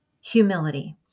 Humility